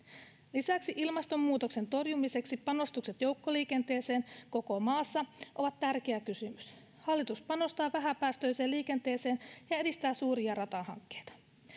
lisäksi ilmastonmuutoksen torjumiseksi panostukset joukkoliikenteeseen koko maassa ovat tärkeä kysymys hallitus panostaa vähäpäästöiseen liikenteeseen ja edistää suuria ratahankkeita